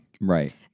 Right